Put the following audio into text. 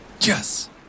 Yes